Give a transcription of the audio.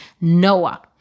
Noah